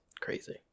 crazy